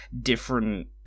different